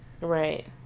Right